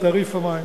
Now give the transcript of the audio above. את תעריף המים.